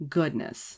Goodness